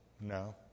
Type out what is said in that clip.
No